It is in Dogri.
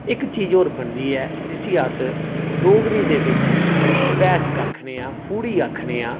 इक चीज होर बनदी ऐ जिसी अस बैस्क आखने आं फूह्ड़ी आखने आं